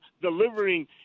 delivering